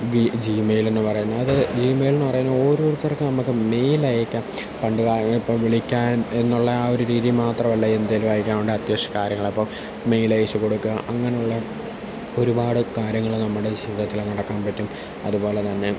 G Gmail എന്നു പറയുന്നത് ജിമെയിലെന്ന് പറയുന്ന ഓരോരുത്തർക്കും നമക്ക് മെയിലയക്കാം പണ്ട് കാലങ്ങ ഇപ്പം വിളിക്കാൻ എന്നുള്ള ആ ഒരു രീതി മാത്രവല്ല എന്തേലും അയക്കാനൊണ്ടേ അത്യാവിശ കാര്യങ്ങളപ്പം മെയിൽ അയച്ചു കൊടുക്ക അങ്ങനുള്ള ഒരുപാട് കാര്യങ്ങള് നമ്മടെ ജീവിതത്തിൽ നടക്കാൻ പറ്റും അതുപോലെ തന്നെ